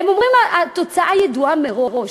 הם אומרים שהתוצאה ידועה מראש.